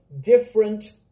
different